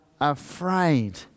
afraid